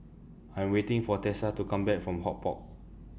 I'm waiting For Tessa to Come Back from HortPark